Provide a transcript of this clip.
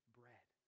bread